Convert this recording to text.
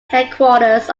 headquarters